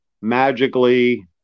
magically